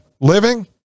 living